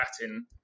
Latin